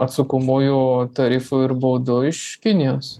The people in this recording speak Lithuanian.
atsakomųjų tarifų ir baudų iš kinijos